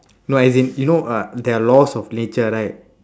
no as in you know uh there are laws of nature right